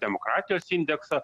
demokratijos indeksą